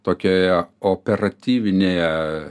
tokioje operatyvinėje